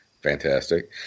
Fantastic